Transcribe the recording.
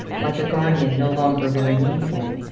like a guardian no longer very needful,